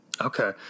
Okay